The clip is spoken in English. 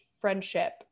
friendship